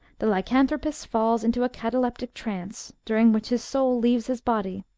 the lycanthropist falls into a cataleptic trance, during which his soul leaves his body,